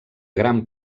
gran